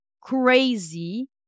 crazy